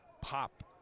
pop